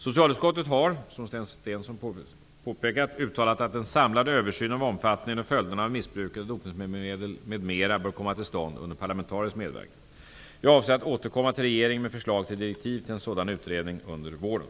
Socialutskottet har, som Sten Svensson påpekar, uttalat att en samlad översyn av omfattningen och följderna av missbruket av dopningsmedlen m.m. bör komma till stånd under parlamentarisk medverkan. Jag avser att återkomma till regeringen med förslag till direktiv till en sådan utredning under våren.